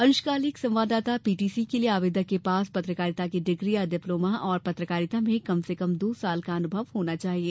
अंशकालिक संवाददाता पीटीसी के लिए आवेदक के पास पत्रकारिता की डिग्री या डिप्लोमा और पत्रकारिता में कम से कम दो वर्ष का अनुभव होना चाहिए